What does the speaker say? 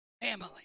family